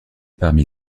parmi